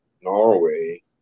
Norway